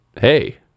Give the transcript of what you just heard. hey